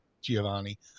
Giovanni